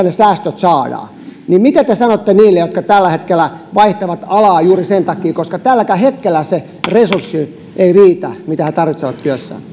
ne säästöt saadaan mitä te sanotte niille jotka tällä hetkellä vaihtavat alaa juuri sen takia että tälläkään hetkellä se resurssi ei riitä mitä he tarvitsevat työssään